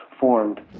formed